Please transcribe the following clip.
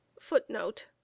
Footnote